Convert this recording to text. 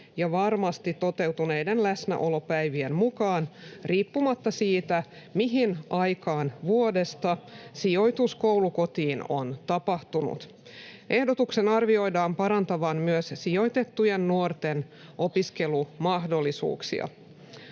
ja varmasti toteutuneiden läsnäolopäivien mukaan, riippumatta siitä, mihin aikaan vuodesta sijoitus koulukotiin on tapahtunut. Ehdotuksen arvioidaan parantavan myös sijoitettujen nuorten opiskelumahdollisuuksia.